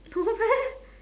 no meh